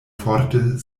forte